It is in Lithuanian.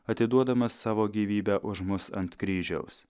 atiduodamas savo gyvybę už mus ant kryžiaus